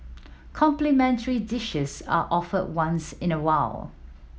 complimentary dishes are offered once in a while